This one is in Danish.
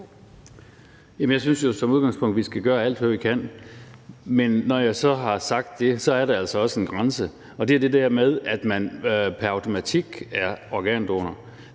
jeg synes jo som udgangspunkt, at vi skal gøre alt, hvad vi kan, men når jeg så har sagt det, er der altså også en grænse, og det er det der med, at man pr. automatik er organdonor.